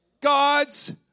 God's